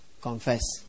confess